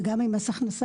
וגם עם מס הכנסה,